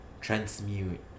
transmute